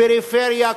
פריפריה,